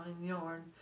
yarn